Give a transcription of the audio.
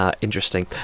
Interesting